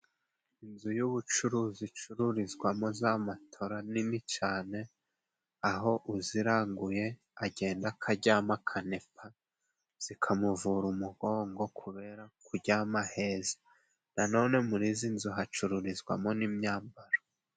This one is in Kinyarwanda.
Inzu y'ubucuruzi zicururizwamo za matola nini cane, aho uziranguye agenda akajyama aKanepa zikamuvura umugongo kubera kujyama heza, nanone muri izi nzu hacururizwamo n'imyambaro.